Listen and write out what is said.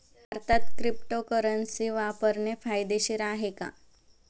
भारतात क्रिप्टोकरन्सी वापरणे कायदेशीर आहे का?